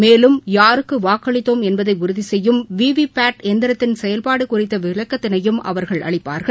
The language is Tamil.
மேலும் யாருக்கு வாக்களித்தோம் என்பதை உறுதி செய்யும் வி வி பாட் எந்திரத்தின் செயல்பாடு குறித்த விளக்கத்தினையும் அவர்கள் அளிப்பார்கள்